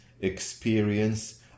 experience